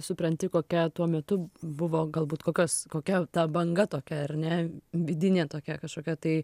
supranti kokia tuo metu buvo galbūt kokios kokia ta banga tokia ar ne vidinė tokia kažkokia tai